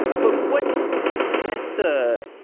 but what's at the